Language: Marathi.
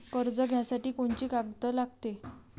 कर्ज घ्यासाठी कोनची कागद लागते?